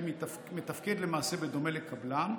שמתפקד למעשה בדומה לקבלן,